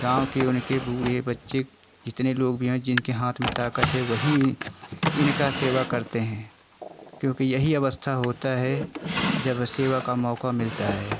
गाँव के उनके बूढ़े बच्चे कितने लोग भी हैं जिनके हाथ में ताकत है वही इनका सेवा करते हैं क्योंकि यही अवस्था होता है जब सेवा का मौका मिलता है